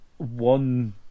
one